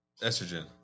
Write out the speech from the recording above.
Estrogen